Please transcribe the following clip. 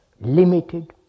limited